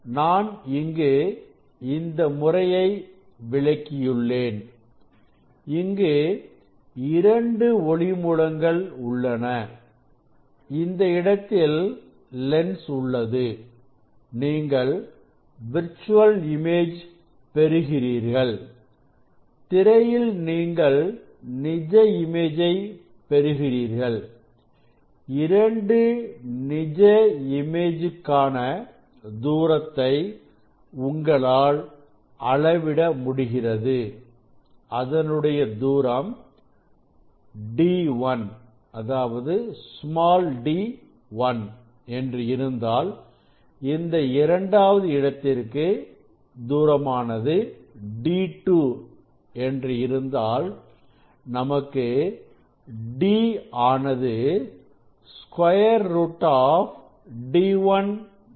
நான் இங்கு இந்த முறையை விளக்கியுள்ளேன் இங்கு இரண்டு ஒளி மூலங்கள் உள்ளன இந்த இடத்தில் லென்ஸ் உள்ளது நீங்கள் விர்ச்சுவல் இமேஜ் பெறுகிறீர்கள் திரையில் நீங்கள் நிஜ இமேஜை பெறுகிறீர்கள் இரண்டு நிஜ இமேஜ் காண தூரத்தை உங்களால் அளவிட முடிகிறது அதனுடைய தூரம் d1 என்று இருந்தால் இந்த இரண்டாவது இடத்திற்கு தூரமானது d2 என்று இருந்தால் நமக்கு d ஆனது square root of d1 d2